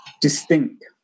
distinct